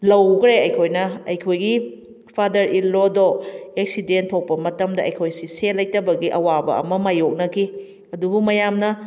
ꯂꯧꯈ꯭ꯔꯦ ꯑꯩꯈꯣꯏꯅ ꯑꯩꯈꯣꯏꯒꯤ ꯐꯥꯗꯔ ꯏꯟ ꯂꯣꯗꯣ ꯑꯦꯛꯁꯤꯗꯦꯟ ꯊꯣꯛꯄ ꯃꯇꯝꯗ ꯑꯩꯈꯣꯏꯁꯤ ꯁꯦꯜ ꯂꯩꯇꯕꯒꯤ ꯑꯋꯥꯕ ꯑꯃ ꯃꯥꯏꯌꯣꯛꯅꯈꯤ ꯑꯗꯨꯕꯨ ꯃꯌꯥꯝꯅ